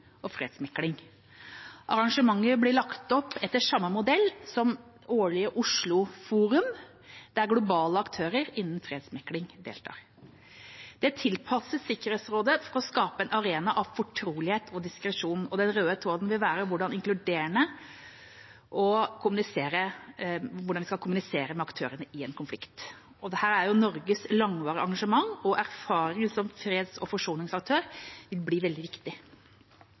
og fredsmekling. Arrangementet blir lagt opp etter samme modell som det årlige Oslo Forum, der globale aktører innen fredsmegling deltar. Det tilpasses Sikkerhetsrådet for å skape en arena av fortrolighet og diskresjon. Den røde tråden vil være hvordan inkludere og kommunisere med aktørene i en konflikt. Det er her Norges langvarige engasjement og erfaring som freds- og forsoningsaktør vil bli veldig viktig.